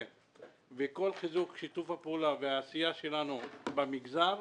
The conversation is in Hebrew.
וכל חיזוק שיתוף הפעולה והעשייה שלנו במגזר,